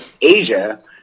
Asia